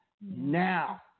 now